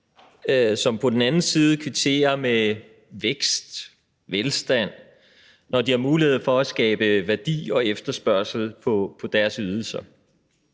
som på den anden side kvitterer med vækst og velstand, når de har mulighed for at skabe værdi og efterspørgsel på deres ydelser.